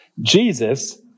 Jesus